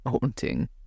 haunting